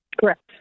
Correct